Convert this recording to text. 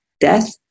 Death